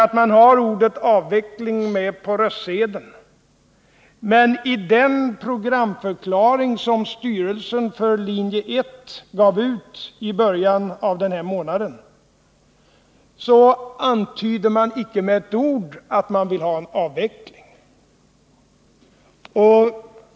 Linje 1 har ordet avveckling med på röstsedeln, men i den programförklaring som styrelsen för linje 1 i början av denna månad gav ut antyds icke med ett ord att man vill ha en avveckling.